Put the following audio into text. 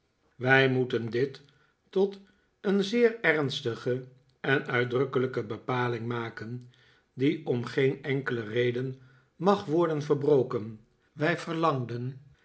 wij moeten dit tot een zeer ernstige en uitdrukkelijke bepaling maken die om geen enkele reden mag worden ver broken wij verlangden